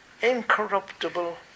incorruptible